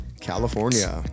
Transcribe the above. California